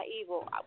evil